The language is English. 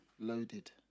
Loaded